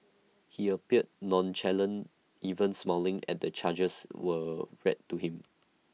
he appeared nonchalant even smiling at the charges were read to him